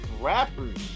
rappers